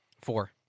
Four